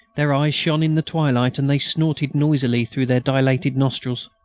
their eyes shone in the twilight, and they snorted noisily through their dilated nostrils.